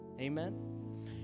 Amen